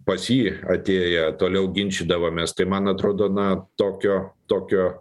pas jį atėję toliau ginčydavomės tai man atrodo na tokio tokio